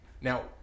Now